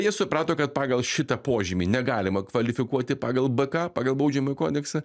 jie suprato kad pagal šitą požymį negalima kvalifikuoti pagal bk pagal baudžiamąjį kodeksą